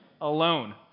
alone